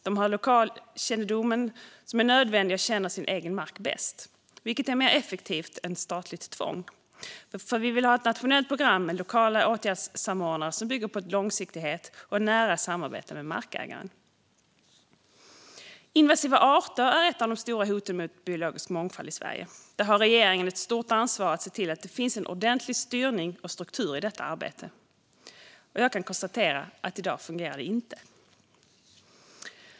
De har den lokalkännedom som är nödvändig och känner sin egen mark bäst, vilket ger mer effektivitet än statligt tvång. Vi vill ha ett nationellt program med lokala åtgärdssamordnare som bygger på långsiktighet och ett nära samarbete med markägaren. Invasiva arter är ett av de stora hoten mot biologisk mångfald i Sverige. Regeringen har ett stort ansvar att se till att det finns en ordentlig styrning och struktur i detta arbete. Jag kan konstatera att det inte fungerar i dag.